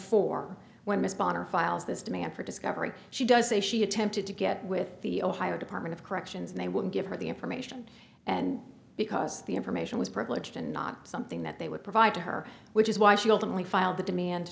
four when responder files this demand for discovery she does say she attempted to get with the ohio department of corrections they wouldn't give her the information and because the information was privileged and not something that they would provide to her which is why she ultimately filed the demand